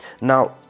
now